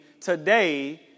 today